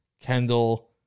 Kendall